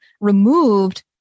removed